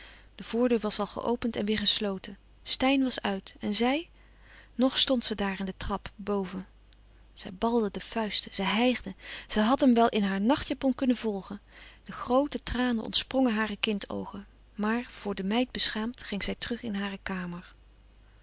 de voordeur was al geopend en weêr gesloten steyn was uit en zij nog stond ze daar aan de trap boven zij balde de vuisten zij hijgde zij had hem wel in haar nachtjapon kunnen volgen de groote tranen ontsprongen hare kind oogen maar voor de meid beschaamd ging zij terug in hare kamer